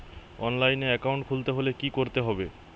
অনলাইনে একাউন্ট খুলতে হলে কি করতে হবে?